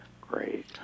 Great